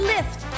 Lift